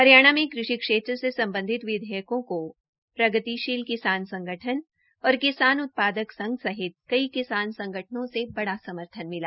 हरियाणा के कृषि क्षेत्र से सम्बधित विधेयकों को प्रगतिशील किसान संगठन और किसान उत्पादक संघ सहित कई किसान संगठनों से बड़ा समर्थन मिला